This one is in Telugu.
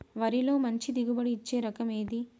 వరిలో మంచి దిగుబడి ఇచ్చే రకం ఏది?